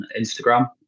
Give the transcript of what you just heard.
Instagram